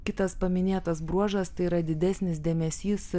kitas paminėtas bruožas tai yra didesnis dėmesys